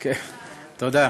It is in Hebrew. תודה.